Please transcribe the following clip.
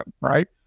right